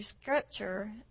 Scripture